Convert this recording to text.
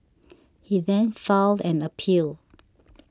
he then filed an appeal